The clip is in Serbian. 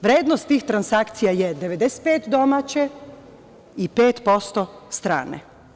Vrednost tih transakcija je 95% domaće i 5% strane.